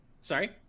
Sorry